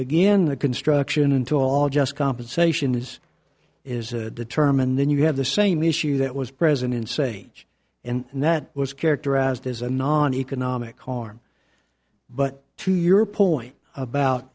the construction and all just compensation is is determined then you have the same issue that was present in say and that was characterized as a non economic harm but to your point about